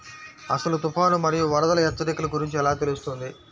అసలు తుఫాను మరియు వరదల హెచ్చరికల గురించి ఎలా తెలుస్తుంది?